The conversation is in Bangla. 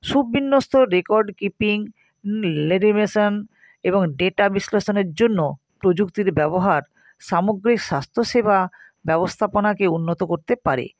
সুবিন্যস্ত রেকর্ড কিপিং লেগিমেশন এবং ডেটা বিশ্লেষণের জন্য প্রযুক্তির ব্যবহার সামগ্রিক স্বাস্থ্য সেবা ব্যবস্থাপনাকে উন্নত করতে পারে